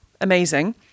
Amazing